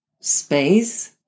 space